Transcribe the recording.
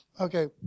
Okay